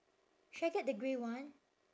should I get the grey one